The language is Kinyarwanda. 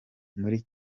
muri